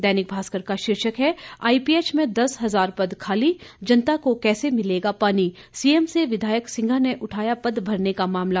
दैनिक भास्कर का शीर्षक है आईपीएच में दस हजार पद खाली जनता को कैसे मिलेगा पानी सीएम से विधायक सिंघा ने उठाया पद भरने का मामला